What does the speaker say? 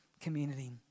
community